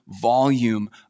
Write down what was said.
volume